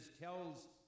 tells